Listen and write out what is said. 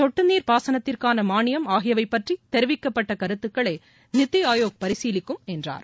கொட்டு நீர் பாசனத்திற்கான மாளியம் ஆகியவை பற்றி தெரிவிக்கப்பட்ட கருத்துகளை நிதி ஆயோக் பரிசீலிக்கும் என்றார்